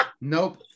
nope